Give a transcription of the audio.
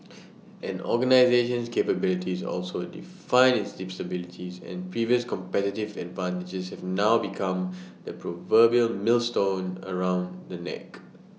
an organisation's capabilities also define its disabilities and previous competitive advantages have now become the proverbial millstone around the neck